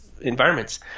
environments